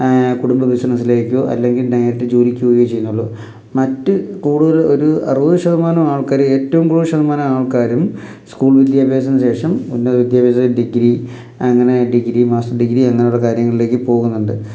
കുടുംബ ബിസിനസ്സിലേക്കോ അല്ലെങ്കിൽ ഡയറക്റ്റ് ജോലിക്ക് പോവുകയോ ചെയ്യുന്നുള്ളു മറ്റ് കൂടുതൽ ഒരു അറുപത് ശതമാനം ആൾക്കാർ ഏറ്റവും കൂടുതൽ ശതമാനം ആൾക്കാരും സ്കൂൾ വിദ്യാഭ്യാസത്തിന് ശേഷം ഉന്നത വിദ്യാഭ്യാസം ഡിഗ്രി അങ്ങനെ ഡിഗ്രി മാസ്റ്റർ ഡിഗ്രി അങ്ങനെയുള്ള കാര്യങ്ങളിലേക്ക് പോകുന്നുണ്ട്